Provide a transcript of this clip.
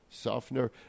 softener